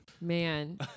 Man